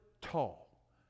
tall